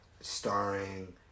starring